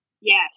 Yes